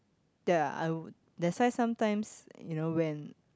there are I would that's why sometimes you know when